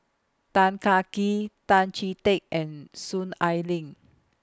Tan Kah Kee Tan Chee Teck and Soon Ai Ling